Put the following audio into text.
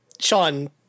Sean